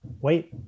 wait